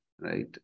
right